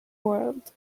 world